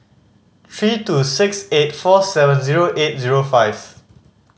three two six eight four seven zero eight zero five